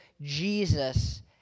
Jesus